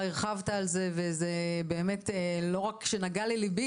הרחבת על זה וזה באמת לא רק שנגע לליבי,